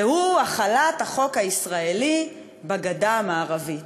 והוא החלת החוק הישראלי בגדה המערבית.